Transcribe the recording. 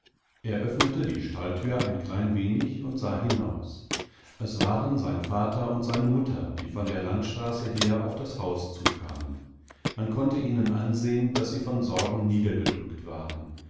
öffnete die stalltür ein klein wenig und sah hinaus eswarenseinvaterundseinemutter dievonderlandstraßeherauf das haus zukamen man konnte ihnen ansehen daß sie von sorgen niedergedrückt waren